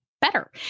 better